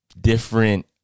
different